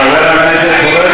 חבר הכנסת פורר,